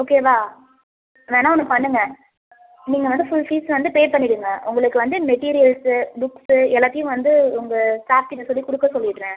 ஓகேவா வேணால் ஒன்று பண்ணுங்க நீங்கள் வந்து ஃபுல் பீஸும் வந்து பே பண்ணிடுங்க உங்களுக்கு வந்து மெட்டீரியல்ஸ்ஸு புக்ஸு எல்லாத்தையும் வந்து உங்கள் ஸ்டாஃப் கிட்ட சொல்லி கொடுக்க சொல்லிடறேன்